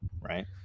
right